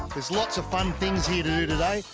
there's lots of fun things here to do today,